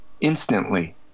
instantly